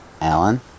Alan